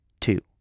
two